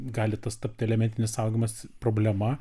gali tas tapt elemetinis saugojimas problema